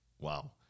wow